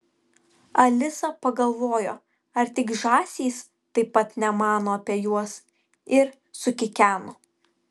alisa pagalvojo ar tik žąsys taip pat nemano apie juos ir sukikeno